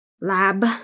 lab